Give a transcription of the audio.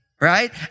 Right